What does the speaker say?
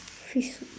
fish soup